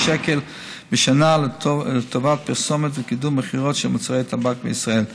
שקל בשנה לטובת פרסומת וקידום מכירות של מוצרי טבק בישראל.